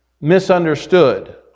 misunderstood